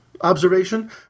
observation